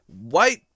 white